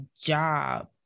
job